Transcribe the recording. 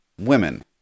women